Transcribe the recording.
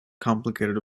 complicated